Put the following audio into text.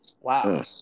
Wow